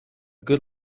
good